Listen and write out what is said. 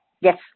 Yes